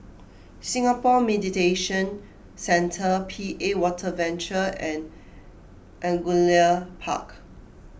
Singapore Mediation Centre P A Water Venture and Angullia Park